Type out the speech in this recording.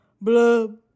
Blub